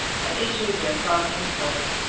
and issued therefrom employed.